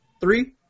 Three